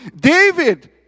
David